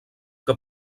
que